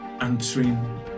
answering